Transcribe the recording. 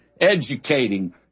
educating